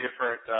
different